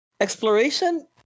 Exploration